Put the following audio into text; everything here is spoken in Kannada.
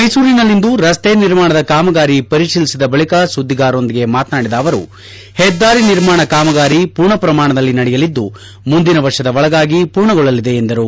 ಮೈಸೂರಿನಲ್ಲಿಂದು ರಸ್ತೆ ನಿರ್ಮಾಣದ ಕಾಮಗಾರಿ ಪರಿಶೀಲಿಸಿದ ಬಳಿಕ ಸುದ್ದಿಗಾರರೊಂದಿಗೆ ಮಾತನಾಡಿದ ಅವರು ಹೆದ್ದಾರಿ ನಿರ್ಮಾಣ ಕಾಮಗಾರಿ ಪೂರ್ಣ ಪ್ರಮಾಣದಲ್ಲಿ ನಡೆಯಲಿದ್ದು ಮುಂದಿನ ವರ್ಷದ ಒಳಗಾಗಿ ಪೂರ್ಣಗೊಳ್ಳಲಿದೆ ಎಂದರು